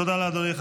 תודה לאדוני.